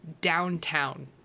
Downtown